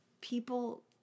People